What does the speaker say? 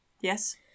Yes